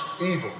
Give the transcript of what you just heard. evil